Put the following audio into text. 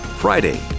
Friday